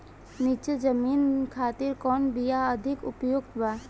नीची जमीन खातिर कौन बीज अधिक उपयुक्त बा?